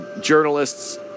Journalists